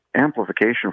amplification